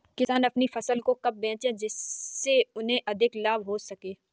किसान अपनी फसल को कब बेचे जिसे उन्हें अधिक लाभ हो सके?